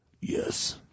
Yes